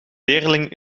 teerling